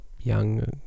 young